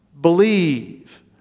believe